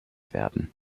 werden